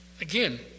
again